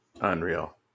Unreal